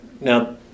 Now